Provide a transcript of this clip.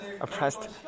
oppressed